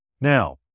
Now